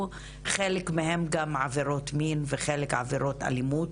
- חלקן עבירות מין ועבירות אלימות.